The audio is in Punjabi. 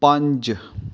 ਪੰਜ